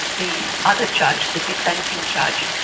the other judge, the dissenting judge,